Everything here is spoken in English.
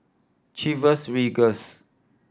Chivas Regals